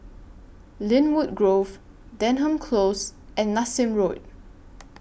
Lynwood Grove Denham Close and Nassim Road